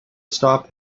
stop